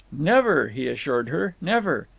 never, he assured her, never.